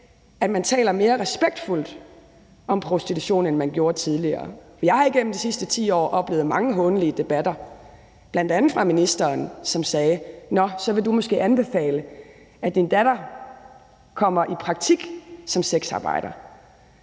at man taler mere respektfuldt om prostitution, end man gjorde tidligere. Jeg har igennem de sidste 10 år oplevet mange hånlige debatter, bl.a. fra ministeren, som sagde: Nå, så vil du måske anbefale, at din datter kommer i praktik som sexarbejder?